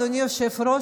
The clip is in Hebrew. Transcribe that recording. אדוני היושב-ראש,